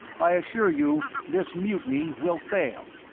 i assure you this mutiny will fail,